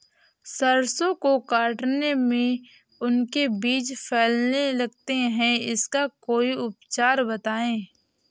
सरसो को काटने में उनके बीज फैलने लगते हैं इसका कोई उपचार बताएं?